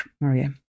Maria